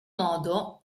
modo